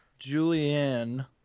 Julianne